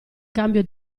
cambio